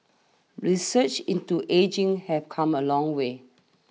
research into ageing have come a long way